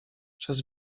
przez